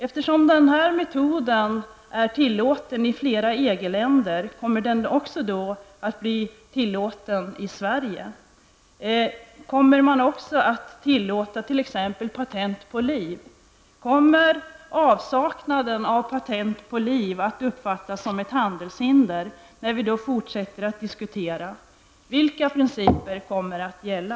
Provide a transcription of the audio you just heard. Eftersom denna metod är tillåten i flera EG-länder, frågar man sig om den också kommer att bli tillåten i Sverige. Kommer man att tillåta patent på liv? Kommer avsaknaden av rätten att ta patent på liv att uppfattas som ett handelshinder? Vilka principer kommer att gälla?